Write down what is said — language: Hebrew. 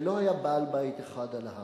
ולא היה בעל-בית אחד על ההר.